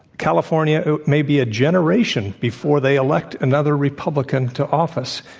california may be a generation before they elect another republican to office,